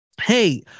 Hey